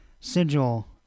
sigil